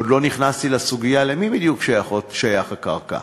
עוד לא נכנסתי לסוגיה למי בדיוק שייכת הקרקע,